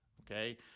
Okay